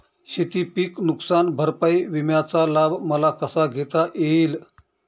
शेतीपीक नुकसान भरपाई विम्याचा लाभ मला कसा घेता येईल?